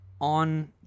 on